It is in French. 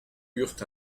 eurent